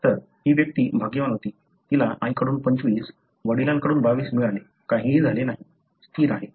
तर ही व्यक्ती भाग्यवान होती तिला आईकडून 25 वडिलांकडून 22 मिळाले काहीही झाले नाही स्थिर